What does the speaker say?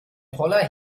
poller